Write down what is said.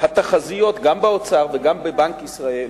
התחזיות גם באוצר וגם בבנק ישראל